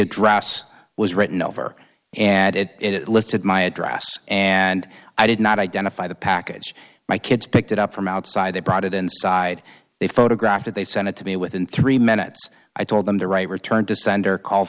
address was written over and it listed my address and i did not identify the package my kids picked it up from outside they brought it inside they photographed it they sent it to me within three minutes i told them to write return to sender call